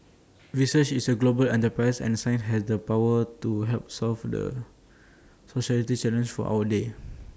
research is A global enterprise and science has the power to help solve the societal challenges of our day